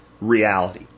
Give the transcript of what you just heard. reality